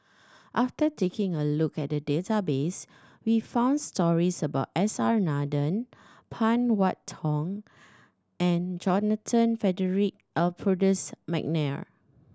after taking a look at the database we found stories about S R Nathan Phan Wait Hong and Johnathan Frederick Adolphus McNair